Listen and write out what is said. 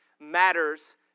matters